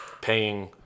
paying